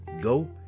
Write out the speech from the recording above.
go